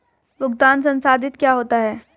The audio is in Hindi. भुगतान संसाधित क्या होता है?